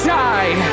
die